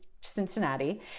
Cincinnati